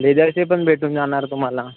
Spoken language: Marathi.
लेदरचे पण भेटून जाणार तुम्हाला